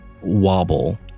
wobble